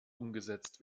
umgesetzt